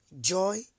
joy